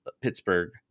Pittsburgh